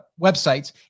websites